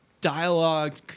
dialogue